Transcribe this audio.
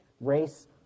Race